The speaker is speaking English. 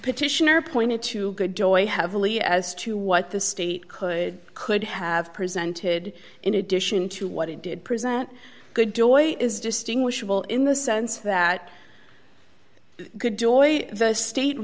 petitioner pointed to good boy heavily as to what the state could could have presented in addition to what he did present good joy is distinguishable in the sense that good joy the state